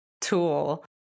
tool